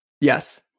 yes